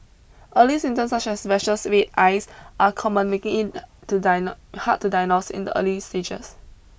early symptoms such as rashes and red eyes are common making to diagnose hard to diagnose in the early stages